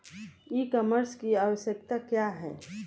ई कॉमर्स की आवशयक्ता क्या है?